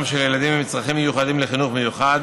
של ילדים עם צרכים מיוחדים לחינוך מיוחד